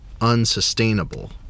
unsustainable